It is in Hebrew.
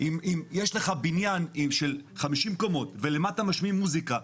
אם יש לך בניין של 50 קומות ולמטה משמיעים מוזיקה,